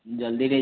ଜଲ୍ଦି ଟିକେ